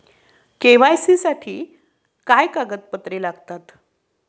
KYC साठी काय कागदपत्रे लागतात?